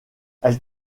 elle